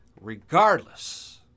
Regardless